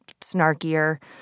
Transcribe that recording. snarkier